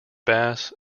bass